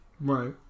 Right